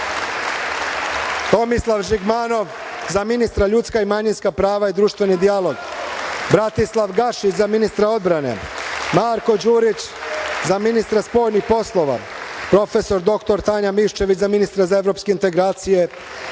Tomislav Žigmanov, za ministra za ljudska i manjinska prava i društveni dijalog; Bratislav Gašić, za ministra odbrane; Marko Đurić, za ministra spoljnih poslova; prof. dr Tanja Miščević, za ministra za evropske integracije;